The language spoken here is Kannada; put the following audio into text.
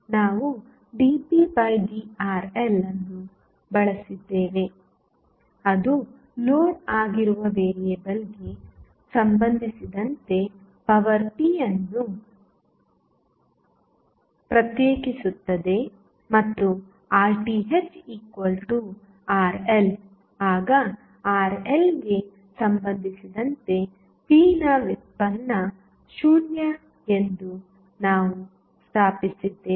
ನಾವು dpdRL ಅನ್ನು ಬಳಸಿದ್ದೇವೆ ಅದು ಲೋಡ್ ಆಗಿರುವ ವೇರಿಯೇಬಲ್ಗೆ ಸಂಬಂಧಿಸಿದಂತೆ ಪವರ್ p ಅನ್ನು ಪ್ರತ್ಯೇಕಿಸುತ್ತದೆ ಮತ್ತು RThRL ಆಗ RLಗೆ ಸಂಬಂಧಿಸಿದಂತೆ p ನ ವ್ಯುತ್ಪನ್ನ 0 ಎಂದು ನಾವು ಸ್ಥಾಪಿಸಿದ್ದೇವೆ